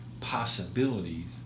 possibilities